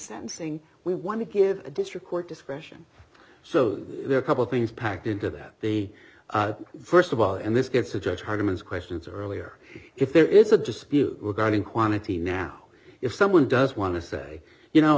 sensing we want to give the district court discretion so there are a couple things packed into that they st of all and this gets to judge harmon's questions earlier if there is a dispute regarding quantity now if someone does want to say you know